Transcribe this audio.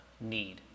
need